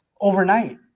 overnight